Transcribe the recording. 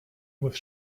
with